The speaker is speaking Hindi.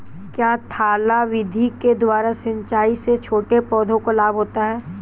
क्या थाला विधि के द्वारा सिंचाई से छोटे पौधों को लाभ होता है?